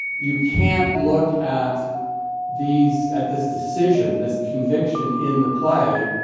you can't look at these at this decision, this conviction in the play,